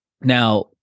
Now